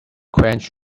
quench